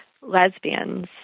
lesbians